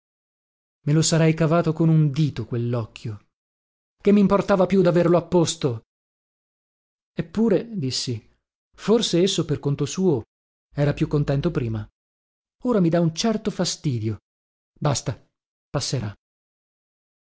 me lo sarei cavato con un dito quellocchio che mimportava più daverlo a posto eppure dissi forse esso per conto suo era più contento prima ora mi dà un certo fastidio basta passerà